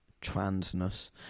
transness